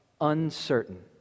uncertain